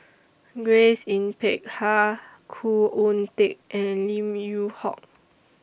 Grace Yin Peck Ha Khoo Oon Teik and Lim Yew Hock